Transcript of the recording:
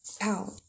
out